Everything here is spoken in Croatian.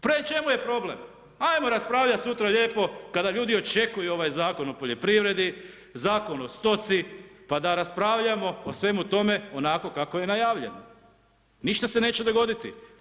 Pre čemu je problem, ajmo raspravljat sutra lijepo kada ljudi očekuju ovaj Zakon o poljoprivredni, Zakon o stoci, pa da raspravljamo o svemu tome onako kako je najavljeno, ništa se neće dogoditi.